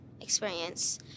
experience